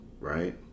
right